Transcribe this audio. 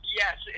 yes